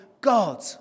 God